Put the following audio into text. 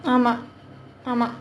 ஆமா ஆமா:aamaa aamaa